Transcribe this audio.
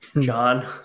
John